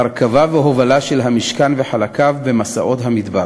הרכבה והובלה של המשכן וחלקיו במסעות המדבר.